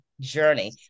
journey